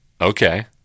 Okay